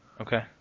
Okay